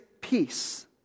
peace